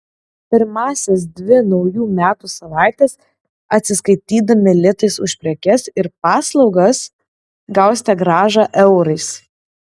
pirmąsias dvi naujų metų savaites atsiskaitydami litais už prekes ir paslaugas gausite grąžą eurais